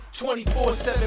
24-7